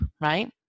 right